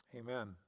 amen